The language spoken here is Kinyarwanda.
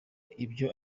ibyo